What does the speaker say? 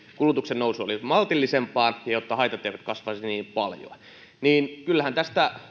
kulutuksen nousu olisi maltillisempaa ja jotta haitat eivät kasvaisi niin paljon kyllähän tästä